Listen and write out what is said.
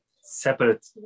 separate